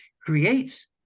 creates